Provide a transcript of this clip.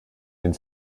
den